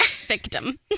victim